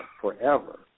forever